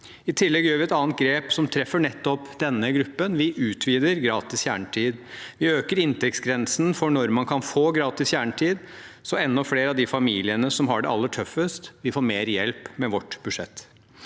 I tillegg tar vi et annet grep som treffer nettopp denne gruppen: Vi utvider gratis kjernetid. Vi øker inntektsgrensen for når man kan få gratis kjernetid, slik at enda flere av de familiene som har det aller tøffest, vil få hjelp med vårt budsjett.